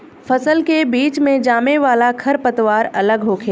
फसल के बीच मे जामे वाला खर पतवार अलग होखेला